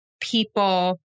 people